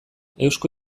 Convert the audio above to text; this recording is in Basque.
eusko